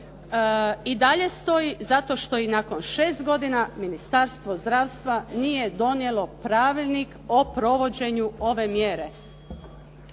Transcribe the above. i dalje stoji zato što i nakon šest godina Ministarstvo zdravstva nije donijelo pravilnik o provođenju ove mjere.